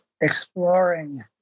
exploring